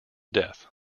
death